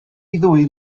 ddwy